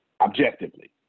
Objectively